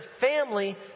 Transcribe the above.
family